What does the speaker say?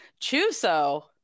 Chuso